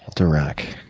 dirac.